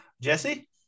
Jesse